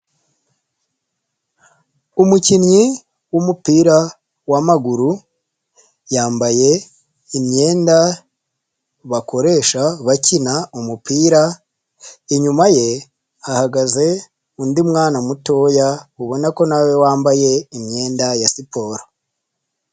Umukinnyi w'umupira w'amaguru, yambaye imyenda bakoresha bakina umupira, inyuma ye hahagaze undi mwana mutoya ubona ko na we wambaye imyenda ya siporo.